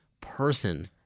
person